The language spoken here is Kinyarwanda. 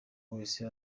wese